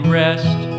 rest